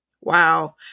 Wow